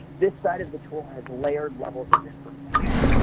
this side of the tool has layered levels of information.